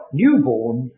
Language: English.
newborn